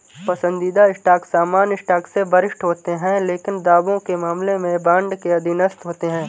पसंदीदा स्टॉक सामान्य स्टॉक से वरिष्ठ होते हैं लेकिन दावों के मामले में बॉन्ड के अधीनस्थ होते हैं